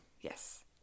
yes